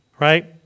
right